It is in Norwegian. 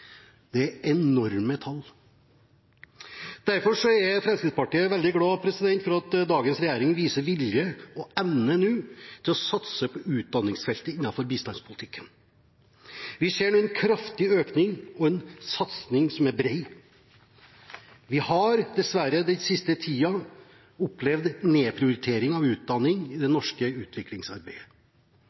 det er et enormt tall. Derfor er Fremskrittspartiet veldig glad for at dagens regjering nå viser vilje og evne til å satse på utdanningsfeltet innenfor bistandspolitikken. Vi ser en kraftig økning og en satsing som er bred. Vi har dessverre den siste tiden opplevd nedprioritering av utdanning i det norske utviklingsarbeidet.